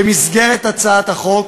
במסגרת הצעת החוק